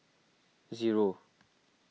zero